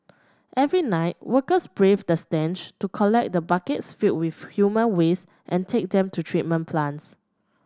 every night workers braved the stench to collect the buckets filled with human waste and take them to treatment plants